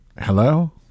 Hello